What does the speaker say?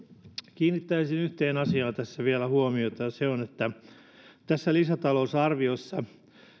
kiinnittäisin yhteen asiaan tässä vielä huomiota se on että tässä lisätalousarviossa